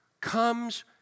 comes